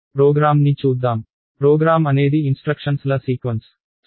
ప్రోగ్రామ్ని చూద్దాం ప్రోగ్రామ్ అనేది ఇన్స్ట్రక్షన్స్ ల శ్రేణి